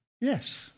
Yes